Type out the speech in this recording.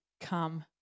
come